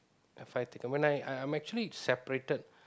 have I taken when I I'm actually separated